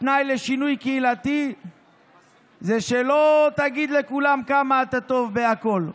התנאי לשינוי קהילתי זה שלא תגיד לכולם כמה אתה טוב בהכול.